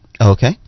Okay